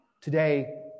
Today